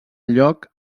lloc